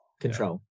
control